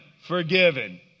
forgiven